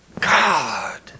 God